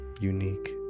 unique